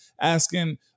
asking –